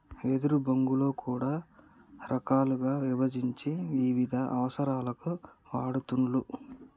వెదురు బొంగులో కూడా రకాలుగా విభజించి వివిధ అవసరాలకు వాడుతూండ్లు